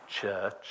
church